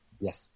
Yes